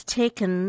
taken